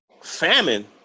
Famine